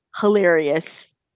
hilarious